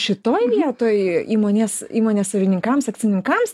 šitoj vietoj įmonės įmonės savininkams acininkams